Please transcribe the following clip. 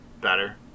better